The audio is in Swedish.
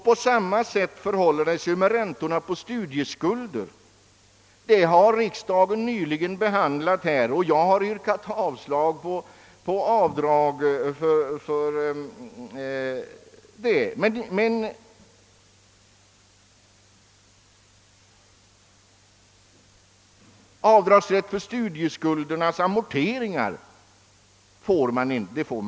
På samma sätt förhåller det sig med räntor på studieskulder — avdrag för studieskuldernas amortering får man inte göra.